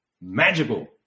magical